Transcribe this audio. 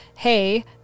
Hey